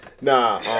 Nah